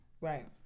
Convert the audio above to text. right